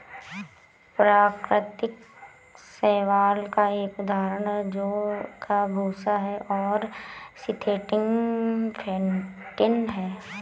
प्राकृतिक शैवाल का एक उदाहरण जौ का भूसा है और सिंथेटिक फेंटिन है